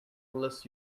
unless